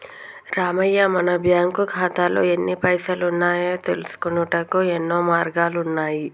రామయ్య మన బ్యాంకు ఖాతాల్లో ఎన్ని పైసలు ఉన్నాయో తెలుసుకొనుటకు యెన్నో మార్గాలు ఉన్నాయి